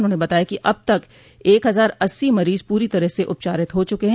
उन्होंने बताया कि अब तक एक हजार अस्सी मरीज पूरी तरह से उपचारित हो चुके हैं